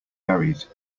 buried